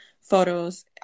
photos